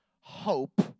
hope